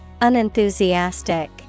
Unenthusiastic